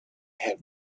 have